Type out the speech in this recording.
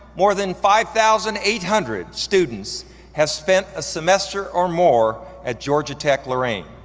more than five thousand eight hundred students have spent a semester or more at georgia tech lorraine.